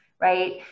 right